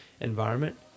environment